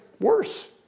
worse